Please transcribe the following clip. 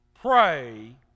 Pray